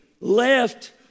left